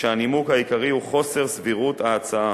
כשהנימוק העיקרי הוא חוסר סבירות ההצעה,